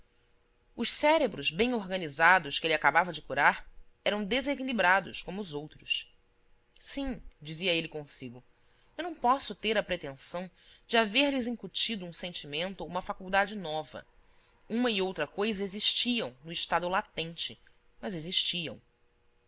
os cérebros bem organizados que ele acabava de curar eram desequilibrados como os outros sim dizia ele consigo eu não posso ter a pretensão de haver lhes incutido um sentimento ou uma faculdade nova uma e outra coisa existiam no estado latente mas existiam